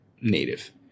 native